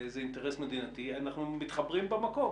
תמשיך.